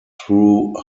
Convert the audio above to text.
through